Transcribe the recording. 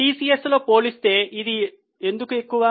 టిసిఎస్లో పోలిస్తే ఇది ఎందుకు ఎక్కువ